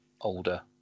older